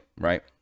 right